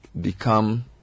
become